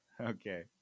Okay